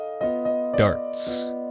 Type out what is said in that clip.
Darts